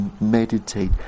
meditate